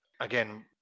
Again